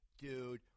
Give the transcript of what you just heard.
Dude